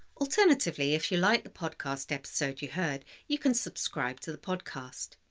alternatively, if you like the podcast episode you heard, you can subscribe to the podcast.